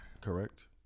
Correct